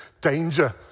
danger